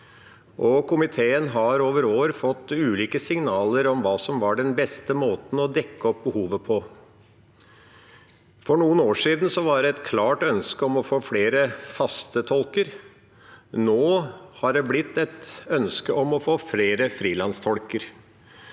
Komiteen har over år fått ulike signaler om hva som var den beste måten å dekke opp behovet på. For noen år siden var det et klart ønske om å få flere faste tolker. Nå er det blitt et ønske om å få flere frilanstolker.